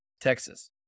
Texas